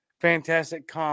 fantastic